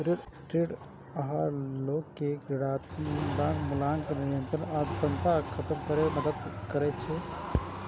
ऋण आहार लोग कें ऋणक मूल्यांकन, नियंत्रण आ अंततः खत्म करै मे मदति करै छै